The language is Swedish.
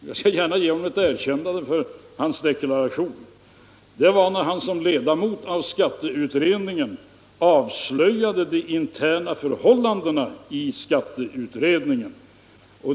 Jag skall gärna ge honom ett erkännande för hans deklaration, när han som ledamot av skatteutredningen avslöjade de interna förhållanden i utredningen.